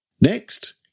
Next